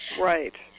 right